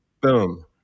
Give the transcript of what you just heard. Boom